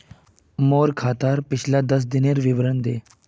मोर खातार पिछला दस लेनदेनेर विवरण दे